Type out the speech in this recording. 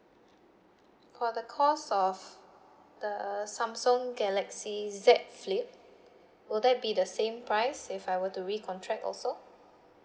for the cost of the samsung galaxy Z flip will there be the same price if I were to recontract also